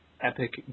epic